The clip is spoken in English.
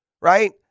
Right